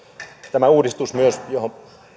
tämä uudistus johon